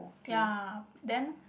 ya then